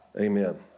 Amen